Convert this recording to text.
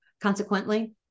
Consequently